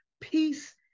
peace